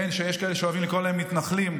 שיש כאלה שאוהבים לקרוא להם מתנחלים,